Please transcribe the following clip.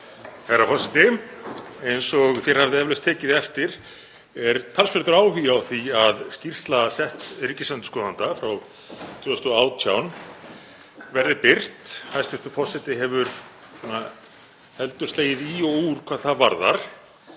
Herra forseti. Eins og þið hafið eflaust tekið eftir er talsverður áhugi á því að skýrsla setts ríkisendurskoðanda frá 2018 verði birt. Hæstv. forseti hefur heldur slegið í og úr hvað það varðar